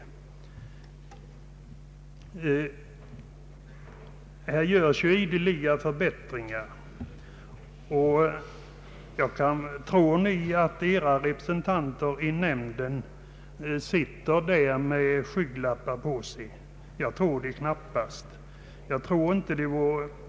Här görs ideliga förbättringar, och tror ni att era representanter i nämnden sitter där med skygglappar för ögonen? Jag tror det knappast.